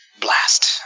Blast